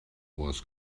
was